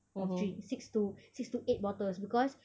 of drinks six to six to eight bottles because